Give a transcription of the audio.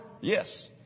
Yes